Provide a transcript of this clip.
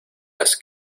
las